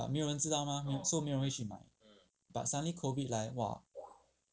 but 没有人知道 mah so 没有人去买 but suddenly COVID 来 !wah!